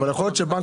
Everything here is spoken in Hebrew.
לא.